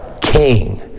king